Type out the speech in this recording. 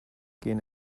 gehen